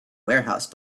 warehouse